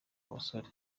basore